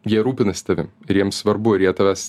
jie rūpinasi tavim ir jiems svarbu ir jie tavęs